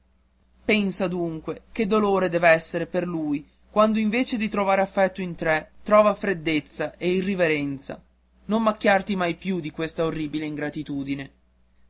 pensa dunque che dolore dev'esser per lui quando invece di trovar affetto in te trova freddezza e irriverenza non macchiarti mai più di questa orribile ingratitudine